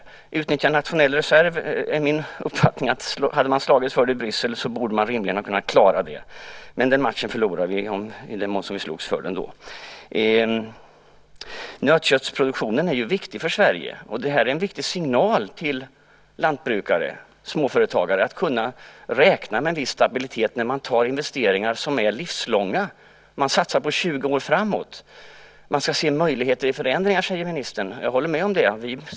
Min uppfattning är att hade man slagits för en möjlighet att utnyttja nationell reserv i Bryssel hade man rimligen kunnat klara det. Men den matchen förlorade vi, i den mån som vi slogs för den. Nötköttsproduktionen är viktig för Sverige, och det är en viktig signal till lantbrukare, småföretagare, att kunna räkna med en viss stabilitet när de gör livslånga investeringar. De satsar för 20 år framåt. Man ska se möjligheter i förändringar, säger ministern. Jag håller med om det.